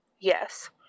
Yes